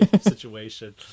situation